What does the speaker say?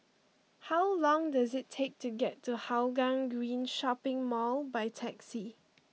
how long does it take to get to Hougang Green Shopping Mall by taxi